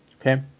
okay